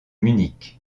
munich